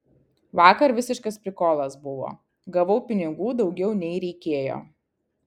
vakar visiškas prikolas buvo gavau pinigų daugiau nei reikėjo